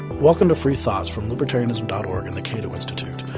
welcome to free thoughts from libertarianism dot org and the cato institute.